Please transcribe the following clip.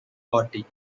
party